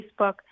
Facebook